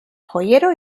joyero